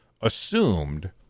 assumed